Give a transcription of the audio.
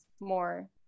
more